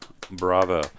Bravo